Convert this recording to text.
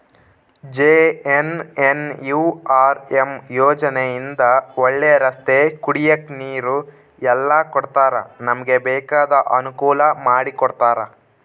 JNNURM ಯೋಜನೆ ಇಂದ ಒಳ್ಳೆ ರಸ್ತೆ ಕುಡಿಯಕ್ ನೀರು ಎಲ್ಲ ಕೊಡ್ತಾರ ನಮ್ಗೆ ಬೇಕಾದ ಅನುಕೂಲ ಮಾಡಿಕೊಡ್ತರ